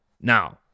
Now